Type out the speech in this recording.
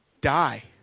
Die